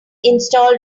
install